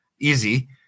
Easy